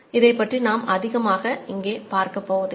இதைப்பற்றி நாம் அதிகமாக இங்கு பார்க்கப் போவதில்லை